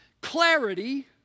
clarity